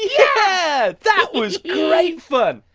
yeah! that was great fun.